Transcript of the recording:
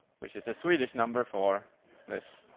which is the swedish number for this